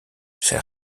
s’est